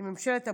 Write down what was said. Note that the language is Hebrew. על ממשלת הבושה: